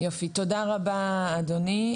תודה רבה אדוני.